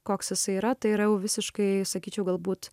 koks jisai yra tai yra visiškai sakyčiau galbūt